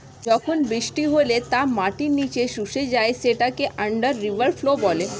যখন বৃষ্টি হলে তা মাটির নিচে শুষে যায় সেটাকে আন্ডার রিভার ফ্লো বলে